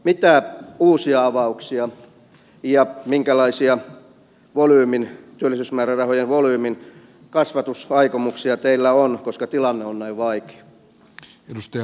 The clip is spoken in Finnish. mitä uusia avauksia ja minkälaisia työllisyysmäärärahojen volyymin kasvatusaikomuksia teillä on koska tilanne on näin vaikea